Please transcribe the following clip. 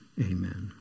Amen